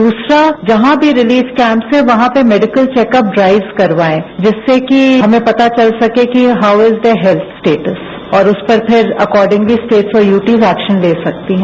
दूसरा जहां भी रिलीफ कैम्प्स हैं वहां पर मैडिकल चौकअप ड्राइस करवाएं जिससे कि हमें पता चल सके कि how is the health status और उस पर फिर एकोर्डिंगली स्टेट्स और यूटीज एक्शन ले सकती हैं